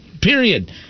Period